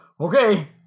okay